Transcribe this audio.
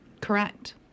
Correct